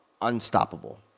unstoppable